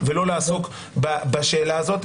ולא לעסוק בשאלה הזאת,